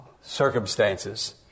circumstances